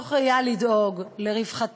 מתוך ראייה שצריך לדאוג לרווחתם,